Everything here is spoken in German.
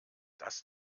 das